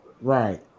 Right